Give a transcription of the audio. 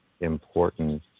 important